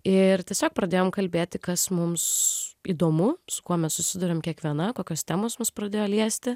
ir tiesiog pradėjom kalbėti kas mums įdomu su kuo mes susiduriam kiekviena kokios temos mus pradėjo liesti